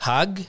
Hug